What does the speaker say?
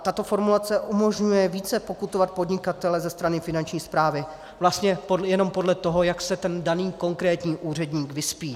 Tato formulace umožňuje více pokutovat podnikatele ze strany Finanční správy vlastně jenom podle toho, jak se ten daný konkrétní úředník vyspí.